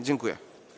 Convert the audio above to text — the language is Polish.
Dziękuję.